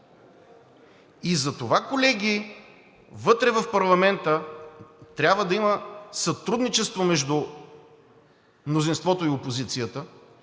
И затова, колеги, вътре в парламента трябва да има сътрудничество между мнозинството и опозицията,